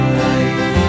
life